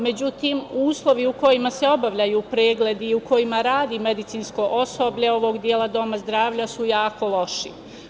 Međutim, uslovi u kojima se obavljaju pregledi u kojima radi medicinsko osobe ovog dela doma zdravlja su jako loši.